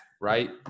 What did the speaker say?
right